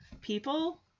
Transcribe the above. people